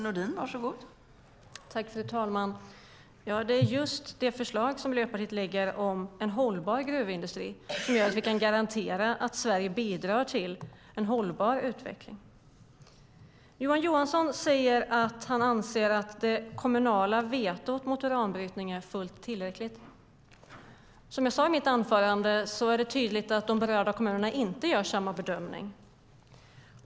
Fru talman! Det är just det förslag som Miljöpartiet lägger fram om en hållbar gruvindustri som gör att vi kan garantera att Sverige bidrar till en hållbar utveckling. Johan Johansson säger att han anser att det kommunala vetot mot uranbrytning är fullt tillräckligt. Som jag sade i mitt anförande är det tydligt att de berörda kommunerna inte gör samma bedömning.